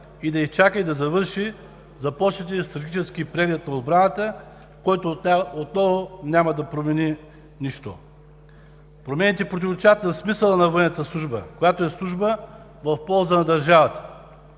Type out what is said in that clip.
и да изчака, и да завърши започнатия стратегически преглед на отбраната, който отново няма да промени нищо. Промените противоречат на смисъла на военната служба, която е служба в полза на държавата.